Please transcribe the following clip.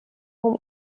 vom